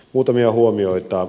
muutamia huomioita